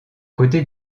côtés